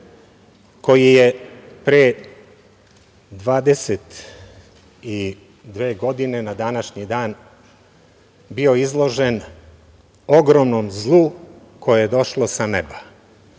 koji je pre 22 godine na današnji dan bio izložen ogromnom zlu koje je došlo sa neba.